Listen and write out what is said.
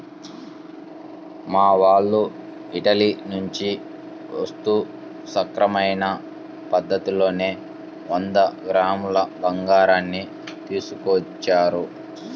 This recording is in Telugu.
మా వాళ్ళు ఇటలీ నుంచి వస్తూ సక్రమమైన పద్ధతిలోనే వంద గ్రాముల బంగారాన్ని తీసుకొచ్చారు